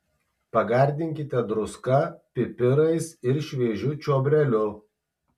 pagardinkite druska pipirais ir šviežiu čiobreliu